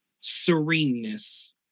sereneness